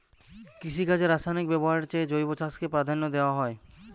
কৃষিকাজে রাসায়নিক ব্যবহারের চেয়ে জৈব চাষকে প্রাধান্য দেওয়া হয়